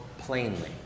Plainly